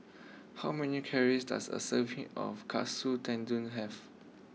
how many calories does a serving of Katsu Tendon have